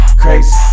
crazy